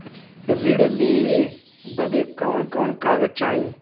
ऋण लेवे बदे कवन कवन कागज चाही?